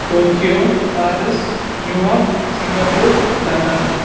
Tokyo Paris New York Singapore London